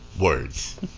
Words